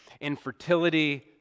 infertility